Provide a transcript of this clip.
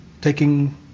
taking